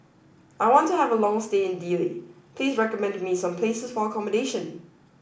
I want to have a long stay in Dili please recommend me some places for accommodation